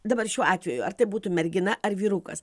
dabar šiuo atveju ar tai būtų mergina ar vyrukas